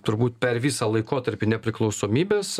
turbūt per visą laikotarpį nepriklausomybės